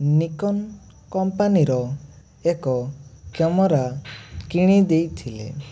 ନିକ୍କନ କମ୍ପାନୀର ଏକ କ୍ୟାମେରା କିଣିଦେଇଥିଲେ